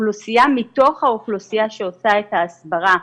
באוכלוסייה מתוך האוכלוסייה שעושה את ההסברה.